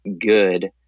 good